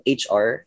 hr